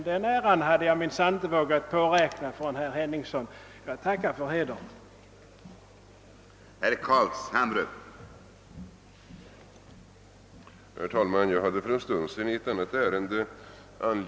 Den äran hade jag minsann inte vågat påräkna från herr Henningsson, och jag tackar för hedern han därmed visat mig.